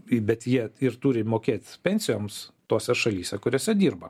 bet jie ir turi mokėt pensijoms tose šalyse kuriose dirba